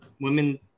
women